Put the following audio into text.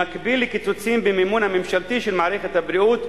במקביל לקיצוצים במימון הממשלתי של מערכת הבריאות,